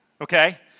okay